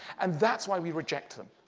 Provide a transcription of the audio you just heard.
and that's why we reject them.